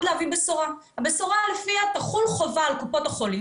להביא בשורה - בשורה לפיה תחול חובה על קופות החולים